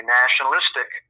nationalistic